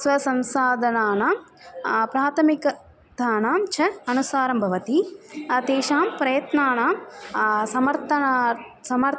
स्वसंसाधनानां प्राथमिकतानां च अनुसारं भवति तेषां प्रयत्नानां समर्थना समर्